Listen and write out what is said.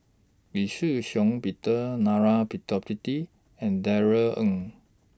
Lee Shih Shiong Peter Narana Putumaippittan and Darrell Ang